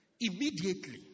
Immediately